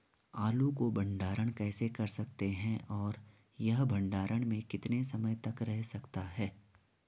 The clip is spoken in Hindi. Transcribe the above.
आलू को भंडारण कैसे कर सकते हैं और यह भंडारण में कितने समय तक रह सकता है?